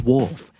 Wolf